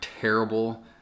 terrible